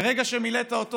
מרגע שמילאת אותו,